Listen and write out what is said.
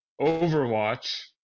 Overwatch